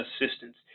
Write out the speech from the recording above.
assistance